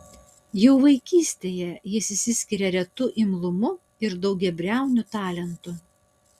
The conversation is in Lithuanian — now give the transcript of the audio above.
jau vaikystėje jis išsiskiria retu imlumu ir daugiabriauniu talentu